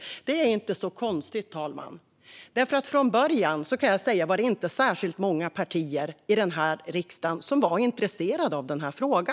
Men det är inte så konstigt, fru talman. Från början, när den här frågan väcktes för några år sedan, var det inte särskilt många partier i riksdagen som var intresserade.